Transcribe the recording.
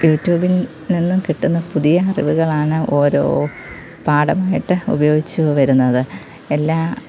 യൂറ്റൂബിൽ നിന്നും കിട്ടുന്ന പുതിയ അറിവുകളാണ് ഓരോ പാഠം ആയിട്ട് ഉപയോഗിച്ച് വരുന്നത് എല്ലാ